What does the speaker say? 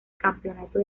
campeonato